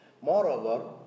Moreover